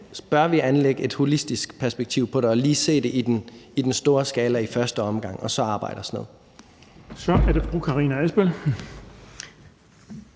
bør vi anlægge et holistisk perspektiv på det og lige se det i den store skala i første omgang og så arbejde os ned i det. Kl.